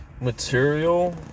material